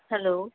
hello